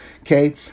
okay